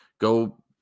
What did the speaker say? Go